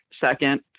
second